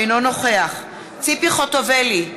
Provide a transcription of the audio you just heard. אינו נוכח ציפי חוטובלי,